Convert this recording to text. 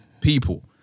People